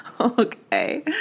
Okay